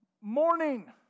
morning